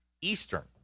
Eastern